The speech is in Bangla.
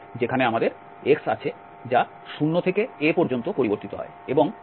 যেখানে আমাদের x আছে যা 0 থেকে a পর্যন্ত পরিবর্তিত হয় এবং y এর মান 0 হয়